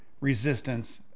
resistance